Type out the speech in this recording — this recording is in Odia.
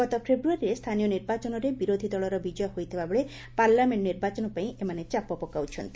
ଗତ ଫେବୃୟାରୀରେ ସ୍ଥାନୀୟ ନିର୍ବାଚନରେ ବିରୋଧୀ ଦଳର ବିଜୟ ହୋଇଥିବା ବେଳେ ପାର୍ଲାମେଣ୍ଟ ନିର୍ବାଚନ ପାଇଁ ଏମାନେ ଚାପ ପକାଉଛନ୍ତି